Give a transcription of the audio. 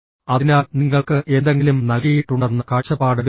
അതിനാൽ നിങ്ങൾക്ക് എന്തെങ്കിലും നൽകിയിട്ടുണ്ടെന്ന കാഴ്ചപ്പാട് എടുക്കുക